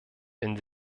wenn